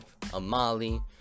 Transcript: Amali